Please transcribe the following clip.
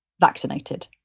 vaccinated